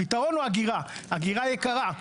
הפתרון הוא אגירה, אגירה יקרה.